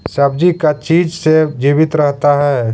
सब्जी का चीज से जीवित रहता है?